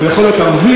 הוא יכול להיות ערבי,